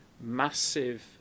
massive